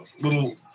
little